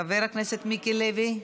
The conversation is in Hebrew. חבר הכנסת מיקי לוי.